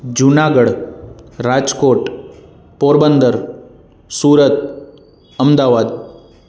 Junagadh Rajkot Porbandar Surat Ahmedabad